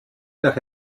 nach